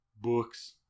books